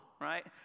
right